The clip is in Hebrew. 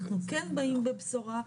אנחנו כן באים בבשורה,